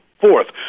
fourth